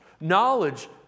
Knowledge